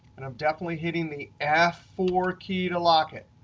and i'm definitely hitting the f four key to lock it,